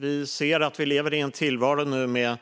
Vi ser att vi nu lever i en tillvaro med